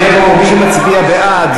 מי שמצביע בעד,